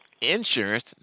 insurance